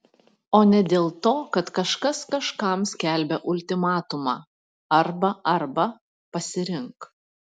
o ne dėl to kad kažkas kažkam skelbia ultimatumą arba arba pasirink